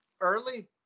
early